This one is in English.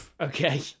Okay